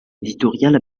éditoriale